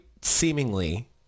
seemingly